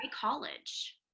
college